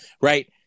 Right